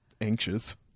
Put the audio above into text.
anxious